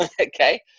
Okay